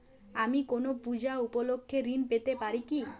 আমি কোনো পূজা উপলক্ষ্যে ঋন পেতে পারি কি?